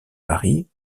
mari